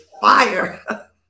fire